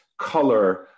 color